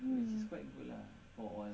mm